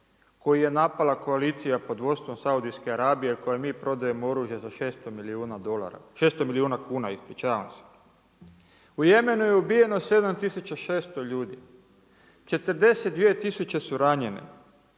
koji je napala koalicija pod vodstvom Saudijske Arabije kojoj mi prodajemo oružje za 600 milijuna kuna. U Jemenu je ubijeno 7600 ljudi, 42 tisuće su ranjene,